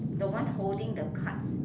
the one holding the cards